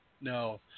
no